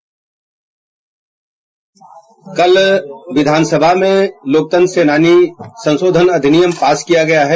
bite कल विधानसभा मं लोकतंत्र सेनानी सम्मान संशोधन अधिनियम पास किया गया है